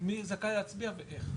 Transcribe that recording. מי זכאי להצביע ואיך.